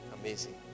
Amazing